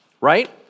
right